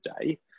day